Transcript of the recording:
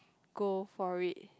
go for it